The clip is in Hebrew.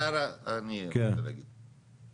אני רוצה להגיד